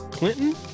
Clinton